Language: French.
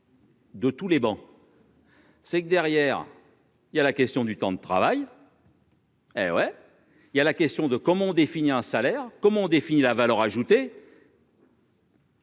De tous les bancs. C'est que derrière. Il y a la question du temps de travail. Hé oui il y a la question de comment définir un salaire comment défini la valeur ajoutée.